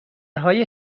های